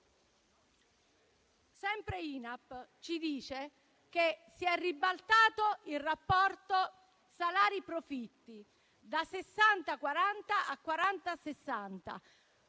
Sempre Inapp ci dice che si è ribaltato il rapporto salari-profitti: da 60-40 a 40-60.